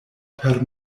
per